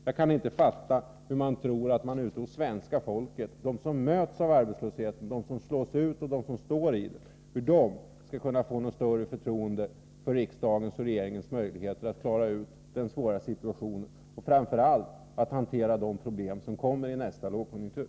Jag kan inte fatta hur man kan tro att det svenska folket — de som möts av arbetslösheten, de som slås ut och de som står i den — skall kunna få något större förtroende för riksdagens och regeringens möjligheter att klara ut den svåra situationen och framför allt att hantera de problem som kommer i nästa lågkonjunktur.